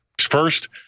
First